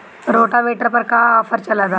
Rotavator पर का offer चलता?